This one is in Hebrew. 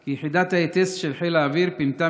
כי יחידת ההיטס של חיל האוויר פינתה